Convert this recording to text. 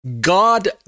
God